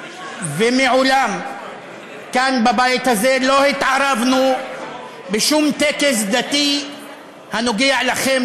ומעולם כאן בבית הזה לא התערבנו בשום טקס דתי הנוגע לכם,